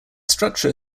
structure